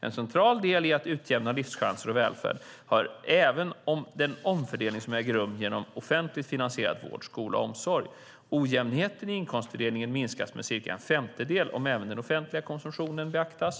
En central del i att utjämna livschanser och välfärd har även den omfördelning som äger rum genom offentligt finansierad vård, skola och omsorg. Ojämnheten i inkomstfördelningen minskas med cirka en femtedel om även den offentliga konsumtionen beaktas.